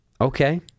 Okay